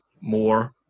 more